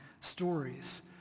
stories